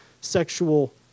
sexual